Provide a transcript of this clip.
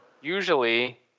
usually